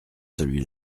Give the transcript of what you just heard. celui